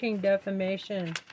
defamation